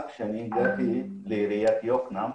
כשאני הגעתי לעיריית יקנעם,